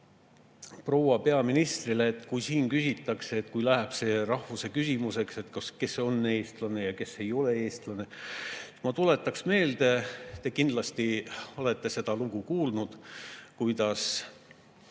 on proua peaministrile. Kui siin küsitakse, et kui läheb rahvuse küsimuseks, et kes on eestlane ja kes ei ole eestlane, siis ma tuletaks meelde, te kindlasti olete seda lugu kuulnud, kuidas